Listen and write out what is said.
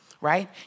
right